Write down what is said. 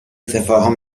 تفاهم